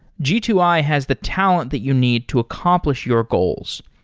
g two i has the talent that you need to accomplish your goals.